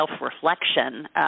self-reflection